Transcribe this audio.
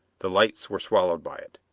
the lights were swallowed by it.